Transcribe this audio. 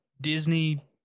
Disney